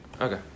Okay